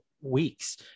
weeks